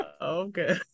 Okay